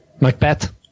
Macbeth